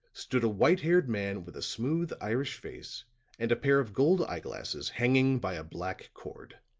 stood a white-haired man with a smooth irish face and a pair of gold eyeglasses hanging by a black cord.